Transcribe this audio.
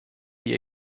die